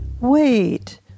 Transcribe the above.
Wait